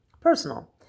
personal